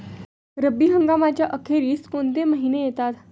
रब्बी हंगामाच्या अखेरीस कोणते महिने येतात?